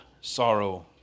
sorrow